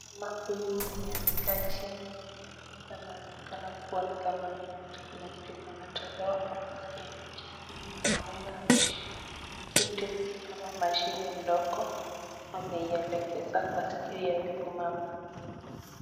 Huyu mwenye amekaa chini anaonekana kuwa Kuna kitu anatolewa kwenye maskio yake Huyu mwanaume Ameshika kitu kama mashini ndogo ameielekeza kwa huyo mama.